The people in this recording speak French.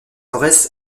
aurès